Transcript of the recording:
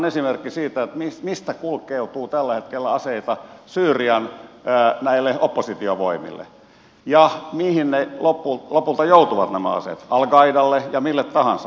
nyt otetaan esimerkki siitä mistä kulkeutuu tällä hetkellä aseita syyrian oppositiovoimille ja mihin lopulta joutuvat nämä aseet al qaidalle ja mille tahansa